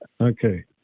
Okay